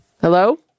Hello